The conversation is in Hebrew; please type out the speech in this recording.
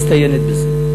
בזה,